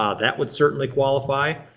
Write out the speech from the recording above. ah that would certainly qualify.